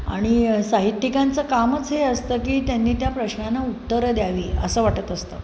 आणि साहित्यिकांचं कामच हे असतं की त्यांनी त्या प्रश्नाना उत्तर द्यावी असं वाटत असतं